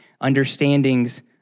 understandings